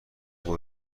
شدن